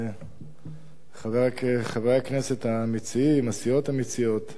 חברי הכנסת המציעים, הסיעות המציעות,